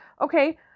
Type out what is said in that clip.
okay